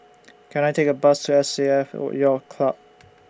Can I Take A Bus to S A F Yacht Club